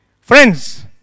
friends